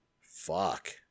Fuck